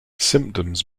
symptoms